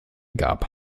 gab